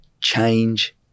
change